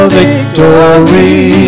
victory